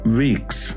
weeks